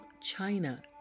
China